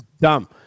dumb